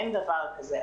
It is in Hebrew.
אין דבר כזה.